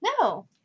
No